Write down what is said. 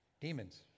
demons